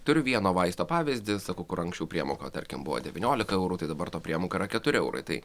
turiu vieno vaisto pavyzdį sakau kur anksčiau priemoka tarkim buvo devyniolika eurų tai dabar ta priemoka yra keturi eurai tai